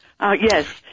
Yes